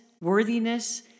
worthiness